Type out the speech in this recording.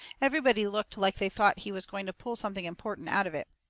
everybody looked like they thought he was going to pull something important out of it.